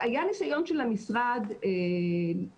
היה ניסיון של המשרד לקבוע